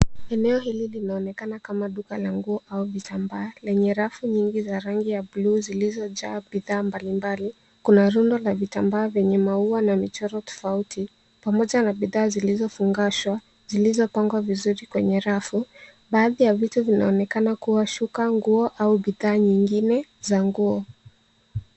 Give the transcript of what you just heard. Eneo hili linaonekana kama duka la nguo au vitambaa, lenye rafu nyingi za rangi ya blue zilizojaa bidhaa mbalimbali. Kuna rundo la vitambaa venye maua na michoro tofauti. Pamoja na bidhaa zilizofungashwa, zilizopangwa vizuri kwenye rafu. Baadhi ya vitu vinaonekana kuwa shuka, nguo, au bidhaa nyingine za nguo.